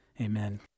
Amen